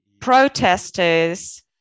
protesters